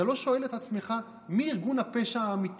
אתה לא שואל את עצמך מי כאן באמת ארגון הפשע האמיתי?